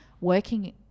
working